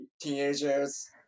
teenagers